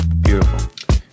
beautiful